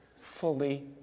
fully